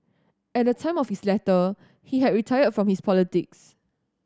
at the time of his letter he had retired from his politics